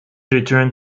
returned